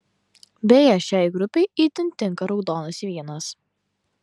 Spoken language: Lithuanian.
beje šiai grupei itin tinka raudonas vynas